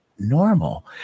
normal